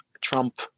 Trump